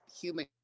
human